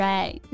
Right